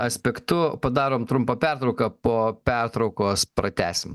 aspektu padarom trumpą pertrauką po pertraukos pratęsim